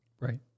Right